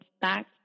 back